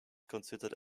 considered